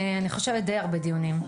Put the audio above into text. אני חושבת שדי הרבה דיונים.